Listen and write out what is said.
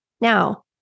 Now